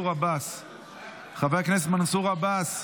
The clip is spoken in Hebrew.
חבר הכנסת מנסור עבאס,